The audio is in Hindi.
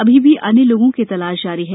अभी भी अन्य लोगों की तलाश जारी है